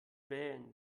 wählen